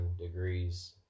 degrees